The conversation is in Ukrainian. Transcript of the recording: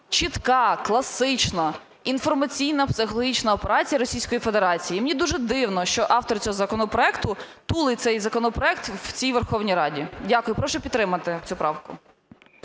чітка, класична інформаційна, психологічна операція Російської Федерації. І мені дуже дивно, що автор цього законопроекту тулить цей законопроект в цій Верховній Раді. Дякую. Прошу підтримати цю правку.